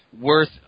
worth